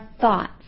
thoughts